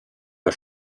der